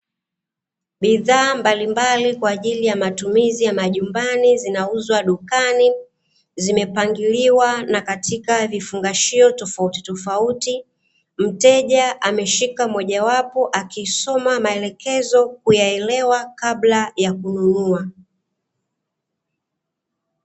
Bidhaa mbalimbali kwa ajili ya matumizi ya majumbani zinauzwa dukani, zimepangiliwa na katika vifungashio tofauti tofauti mteja ameshika mojawapo akisoma maelekezo kuyaelewa kabla ya kuinunua.